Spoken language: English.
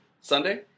Sunday